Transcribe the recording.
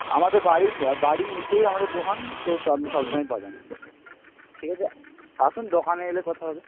আমাদের বাড়ির বাড়ির নিচেই আমাদের দোকান তো তো আপনি সবসময়ই পাবেন ঠিক আছে আসুন দোকানে এলে কথা হবে